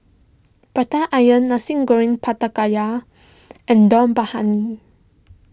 Prata Onion Nasi Goreng Pattaya and Dum Briyani